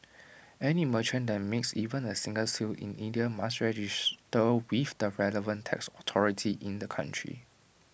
any merchant that makes even A single sale in India must register with the relevant tax authority in the country